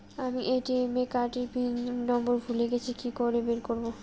আমি ATM card এর PIN number ভুলে গেছি কি করে বের করব?